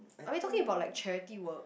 are we talking about like charity work